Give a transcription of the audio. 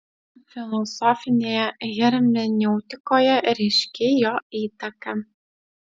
filosofinėje hermeneutikoje ryški jo įtaka